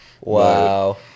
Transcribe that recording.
Wow